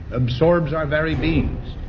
absorbs our very beings.